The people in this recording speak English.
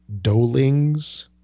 Dolings